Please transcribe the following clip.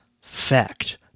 fact